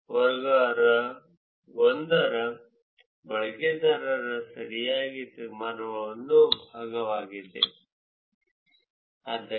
ನಿಖರತೆಯು ವರ್ಗ 0 ಅಥವಾ ವರ್ಗ 1 ರ ಬಳಕೆದಾರರ ಸರಿಯಾದ ತೀರ್ಮಾನಗಳ ಭಾಗವಾಗಿದೆ ವರ್ಗ 2 ರೊಂದಿಗೆ ಪ್ರಸ್ತುತ ವಿಷಯವು ಕಾರ್ಯನಿರ್ವಹಿಸುವುದಿಲ್ಲ